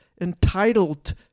entitled